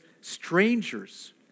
strangers